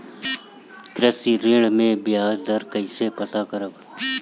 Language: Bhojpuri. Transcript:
कृषि ऋण में बयाज दर कइसे पता करब?